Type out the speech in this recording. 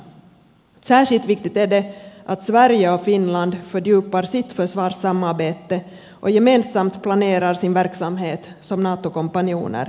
särskilt viktigt är det att sverige och finland fördjupar sitt försvarssamarbete och gemensamt planerar sin verksamhet som natokompanjoner